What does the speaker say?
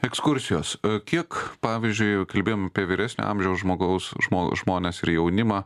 ekskursijos kiek pavyzdžiui kalbėjom apie vyresnio amžiaus žmogaus žmo žmones ir jaunimą